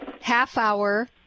half-hour